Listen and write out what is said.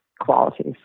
qualities